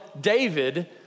David